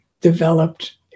developed